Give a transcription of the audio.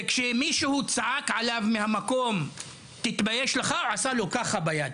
וכשמישהו צעק עליו מהמקום: "תתבייש לך!" עשה לו ככה ביד.